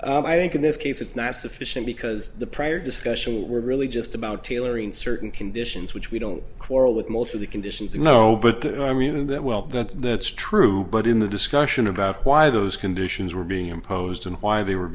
sufficient i think in this case it's not sufficient because the prior discussion were really just about tailoring certain conditions which we don't quarrel with most of the conditions you know but that i mean that well that's true but in the discussion about why those conditions were being imposed and why they were